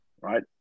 right